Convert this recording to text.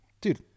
dude